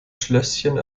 schlösschen